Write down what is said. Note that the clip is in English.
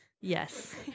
Yes